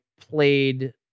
played